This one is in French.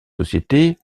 société